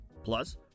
Plus